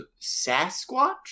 Sasquatch